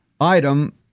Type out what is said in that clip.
item